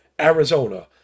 arizona